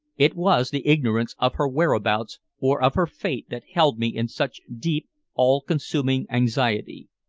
it was the ignorance of her whereabouts or of her fate that held me in such deep, all-consuming anxiety.